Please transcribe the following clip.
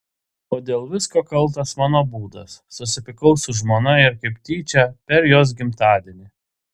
o dėl visko kaltas mano būdas susipykau su žmona ir kaip tyčia per jos gimtadienį